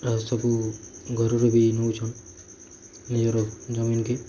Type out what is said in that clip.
ଆଉ ସବୁ ଘରର ବି ନଉଛନ ନିଜର ଜମି କେ